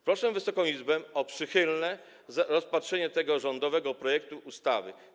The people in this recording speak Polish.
Proszę Wysoką Izbę o przychylne rozpatrzenie tego rządowego projektu ustawy.